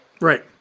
Right